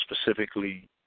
specifically